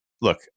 look